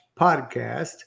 podcast